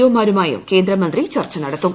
O മാരുമായും കേന്ദ്രമന്ത്രി ചർച്ച നടത്തും